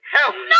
Help